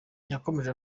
yakomeje